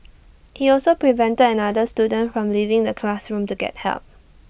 he also prevented another student from leaving the classroom to get help